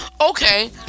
Okay